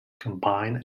combine